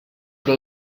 però